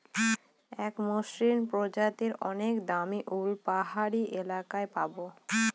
এক মসৃন প্রজাতির অনেক দামী উল পাহাড়ি এলাকায় পাবো